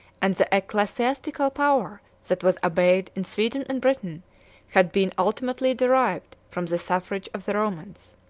and the ecclesiastical power that was obeyed in sweden and britain had been ultimately derived from the suffrage of the romans.